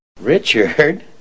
Richard